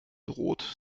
rot